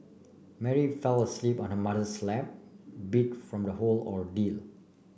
Mary fell asleep on her mother's lap beat from the whole ordeal